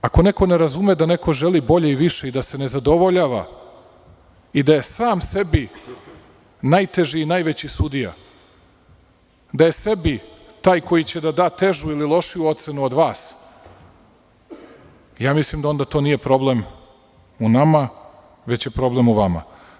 Ako neko ne razume da neko želi bolje i više i da se ne zadovoljava, i da je sam sebi najteži i najveći sudija, da je sebi taj koji će da da težu ili lošiju ocenu od vas, mislim da onda to nije problem u nama, već je problem u vama.